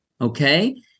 Okay